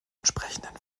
entsprechenden